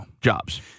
jobs